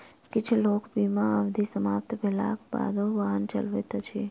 किछ लोक बीमा अवधि समाप्त भेलाक बादो वाहन चलबैत अछि